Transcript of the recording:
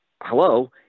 hello